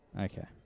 Okay